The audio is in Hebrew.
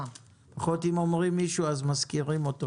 לפחות אם אומרים מישהו אז מזכירים את שמו.